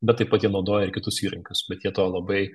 bet taip pat jie naudoja ir kitus įrankius bet jie to labai